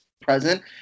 present